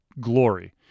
glory